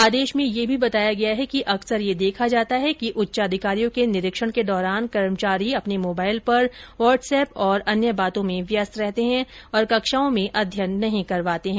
आदेश में यह भी बताया गया है कि अक्सर यह देखा जाता है कि उच्चाधिकारियों के निरीक्षण के दौरान कर्मचारी अपने मोबाइल पर व्हाट्सएप और अन्य बातों में व्यस्त रहते है और कक्षाओं में अध्ययन नहीं करवाते है